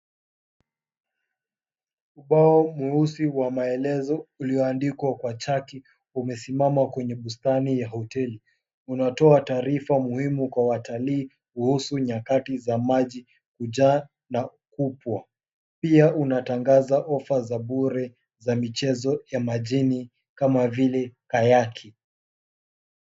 Ubao mweusi wa maelezo ulioandikwa kwa chati umesimama kwenye bustani ya hoteli. Unatoa taarifa muhimu kwa watalii kuhusu nyakati za maji kujaa na kupwa. Pia unatangaza ofa za bure za michezo ya majini kama vile kayaki.